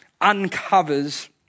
uncovers